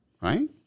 right